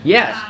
Yes